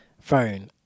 phone